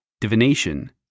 Divination